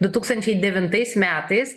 du tūkstančiai devintais metais